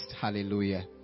Hallelujah